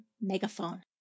megaphone